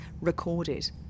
recorded